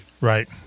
Right